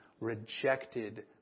rejected